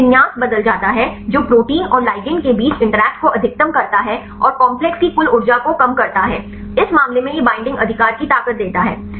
अभिविन्यास बदल जाता है जो प्रोटीन और लिगैंड के बीच इंटरैक्ट को अधिकतम करता है और कॉम्प्लेक्स की कुल ऊर्जा को कम करता है इस मामले में यह बईंडिंग अधिकार की ताकत देता है